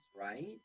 right